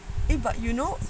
eh but you know